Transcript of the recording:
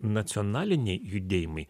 nacionaliniai judėjimai